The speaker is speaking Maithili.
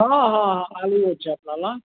हाँ हाँ हाँ आलुओ छै अपना लऽ